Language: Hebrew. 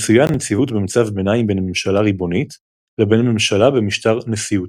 מצויה הנציבות במצב ביניים בין ממשלה ריבונית לבין ממשלה במשטר נשיאותי.